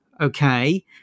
okay